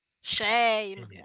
Shame